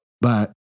But-